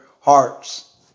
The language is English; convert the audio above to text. hearts